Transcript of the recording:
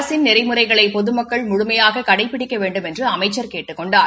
அரசின் நெறிமுறைகளை பொதுமக்கள் முழுமையாக கடைபிடிக்க வேண்டுமென்று அமைச்சர் கேட்டுக் கொண்டார்